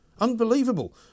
Unbelievable